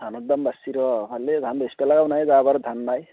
ধানৰ দাম বাঢ়ছি ৰহ ভালেই ধান বেচবালেও নাই যোৱা বাৰো ধান নাই